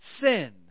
sin